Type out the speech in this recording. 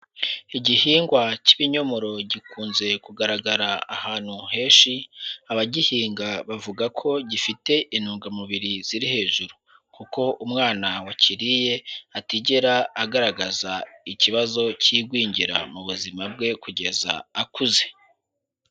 Igihingwa cy'ibinyomoro gikunze kugaragara ahantu henshi, abagihinga bavuga ko gifite intungamubiri ziri hejuru kuko umwana wakiriye atigera agaragaza ikibazo kigwingira mu buzima bwe kugeza akuze.